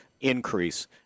increase